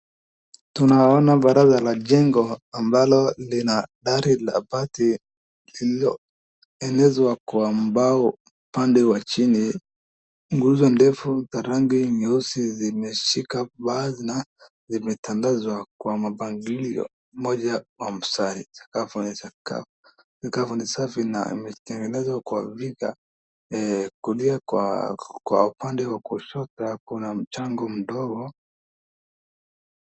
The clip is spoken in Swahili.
Tunaona baraza la jengo ambalo lina dari la bati lililoenezwa kwa mbao upande wa chini, nguzo ndefu za rangi nyeusi zimeshika baa na zimetandazwa kwa mpangilio, moja sakafu ni safi na imetengenezwa kwa vika kulia, kwa upande wa kushoto kuna mchanga mdogo.